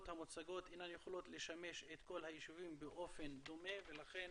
המוצגות אינן יכולות לשמש את כל היישובים באופן דומה ולכן